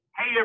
Hey